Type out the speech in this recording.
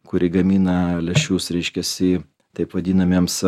kuri gamina lęšius reiškiasi taip vadinamiems